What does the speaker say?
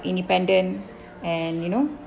independent and you know